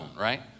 right